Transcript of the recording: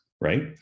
right